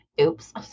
Oops